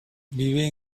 vive